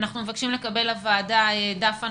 אנחנו מבקשים לקבל לוועדה דף הנחיות,